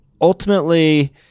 ultimately